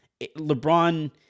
LeBron